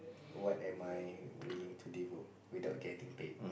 what am I willing to devote without getting paid